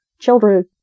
children